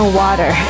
water